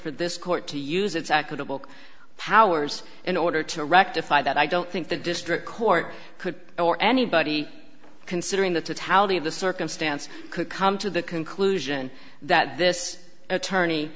for this court to use its acapulco powers in order to rectify that i don't think the district court could or anybody considering the tally of the circumstance could come to the conclusion that this attorney